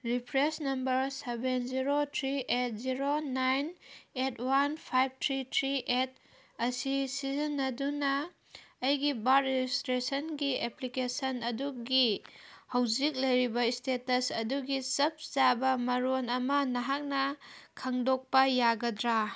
reference number seven zero three eight zero nine eight one five three three eight ꯑꯁꯤ ꯁꯤꯖꯤꯟꯅꯗꯨꯅ ꯑꯩꯒꯤ ꯕꯥꯔꯠ ꯔꯦꯖꯤꯁꯇ꯭ꯔꯦꯁꯟꯒꯤ application ꯑꯗꯨꯒꯤ ꯍꯧꯖꯤꯛ ꯂꯩꯔꯤꯕ ꯏꯁꯇꯦꯇꯁ ꯑꯗꯨꯒꯤ ꯆꯞ ꯆꯥꯕ ꯃꯔꯣꯜ ꯑꯃ ꯅꯍꯥꯛꯅ ꯈꯪꯗꯣꯛꯄ ꯌꯥꯒꯗ꯭ꯔꯥ